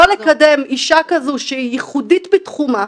לא לקדם אישה כזו שהיא ייחודית בתחומה,